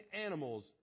animals